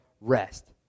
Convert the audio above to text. rest